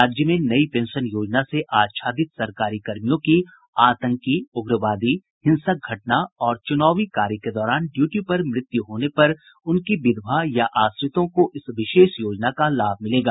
राज्य में नई पेंशन योजना से आच्छादित सरकारी कर्मियों की आतंकी उग्रवादी हिंसक घटना और चुनावी कार्य के दौरान ड्यूटी पर मृत्यु होने पर उनकी विधवा या आश्रितों को इस विशेष योजना का लाभ मिलेगा